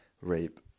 rape